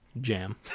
jam